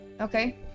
okay